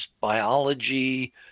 biology